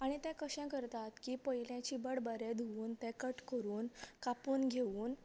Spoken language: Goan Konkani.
आनी तें कशें करतात की पयले चिबड बरें धुवन तें कट करून कापून घेवून